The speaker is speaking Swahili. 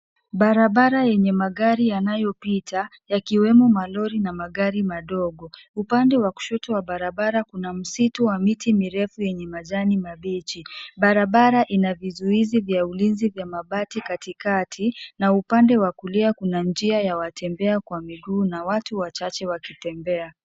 Barabara yenye magari yanayopita yakiwemo malori na magari madogo. Upande wa kushoto wa barabara kuna msitu wa miti mirefu yenye majani mabichi. Barabara ina vizuizi vya ulinzi vya mabati katikati na upande wa kulia kuna njia ya watembea kwa miguu na watu wachache wakitembea.